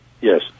Yes